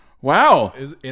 Wow